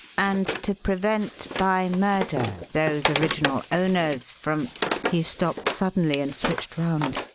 and to prevent by murder those original owners from he stopped suddenly and switched round.